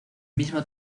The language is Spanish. mismo